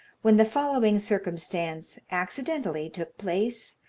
when the following circumstance accidentally took place,